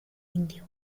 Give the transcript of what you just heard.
indio